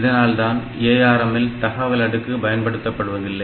இதனால்தான் ARM இல் தகவல் அடுக்கு பயன்படுத்தப்படவில்லை